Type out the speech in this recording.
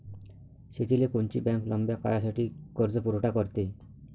शेतीले कोनची बँक लंब्या काळासाठी कर्जपुरवठा करते?